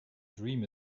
dream